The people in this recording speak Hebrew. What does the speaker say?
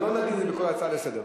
אנחנו נוהגים כך בכל הצעה לסדר-היום.